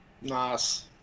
Nice